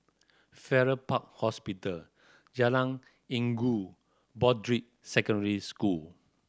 Farrer Park Hospital Jalan Inggu Broadrick Secondary School